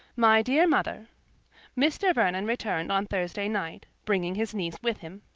my dear mother mr. vernon returned on thursday night, bringing his niece with him.